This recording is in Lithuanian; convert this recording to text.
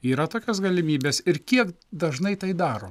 yra tokios galimybės ir kie dažnai tai daro